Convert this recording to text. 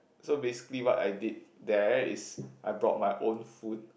so basically what I did there is I brought my own food